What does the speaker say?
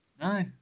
No